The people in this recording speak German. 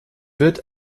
wird